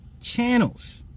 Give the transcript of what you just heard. channels